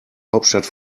hauptstadt